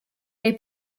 they